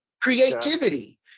creativity